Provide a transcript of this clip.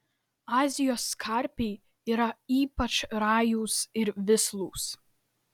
azijos karpiai yra ypač rajūs ir vislūs